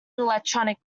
electronic